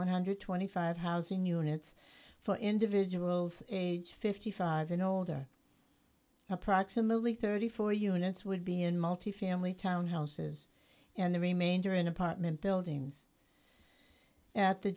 one hundred and twenty five housing units for individuals age fifty five and older approximately thirty four dollars units would be in multifamily townhouses and the remainder in apartment buildings at the